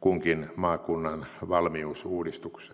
kunkin maakunnan valmius uudistukseen